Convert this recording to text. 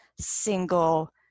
single